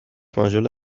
ماژول